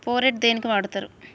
Phorate దేనికి వాడుతరు?